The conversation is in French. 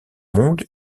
monde